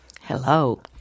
Hello